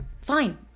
fine